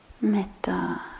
Metta